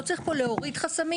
לא צריך פה להוריד חסמים,